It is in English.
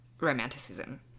romanticism